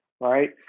Right